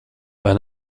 vai